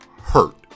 hurt